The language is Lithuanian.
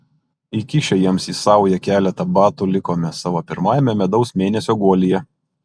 įkišę jiems į saują keletą batų likome savo pirmajame medaus mėnesio guolyje